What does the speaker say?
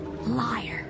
Liar